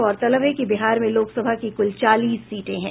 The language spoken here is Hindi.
गौरतलब है कि बिहार में लोकसभा की कुल चालीस सीटें हैं